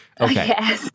Okay